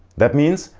that means,